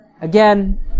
Again